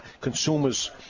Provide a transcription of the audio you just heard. consumers